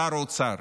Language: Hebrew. שר האוצר,